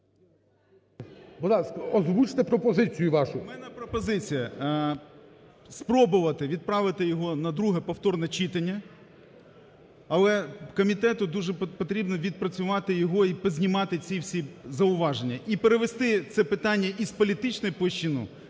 У мене пропозиція спробувати відправити його на друге повторне читання. Але комітету дуже потрібно відпрацювати його і познімати ці всі зауваження, і перевести це питання із політичної площини